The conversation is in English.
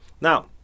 Now